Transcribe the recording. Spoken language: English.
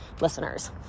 listeners